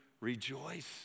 rejoice